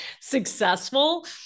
successful